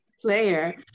player